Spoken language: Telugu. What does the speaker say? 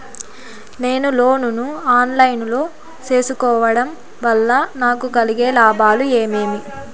నేను లోను ను ఆన్ లైను లో సేసుకోవడం వల్ల నాకు కలిగే లాభాలు ఏమేమీ?